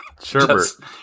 Sherbert